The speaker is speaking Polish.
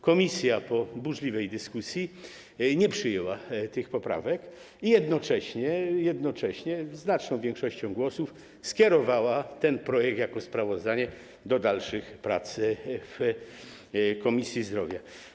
Komisja po burzliwej dyskusji nie przyjęła tych poprawek i jednocześnie znaczną większością głosów skierowała ten projekt jako sprawozdanie do dalszych prac w Komisji Zdrowia.